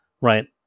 right